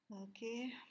Okay